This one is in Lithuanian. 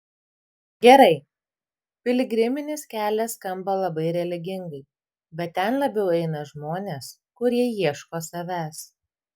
gerai piligriminis kelias skamba labai religingai bet ten labiau eina žmonės kurie ieško savęs